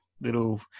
little